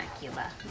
Cuba